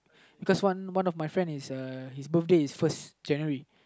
because one of one of my friend his birthday is actually first January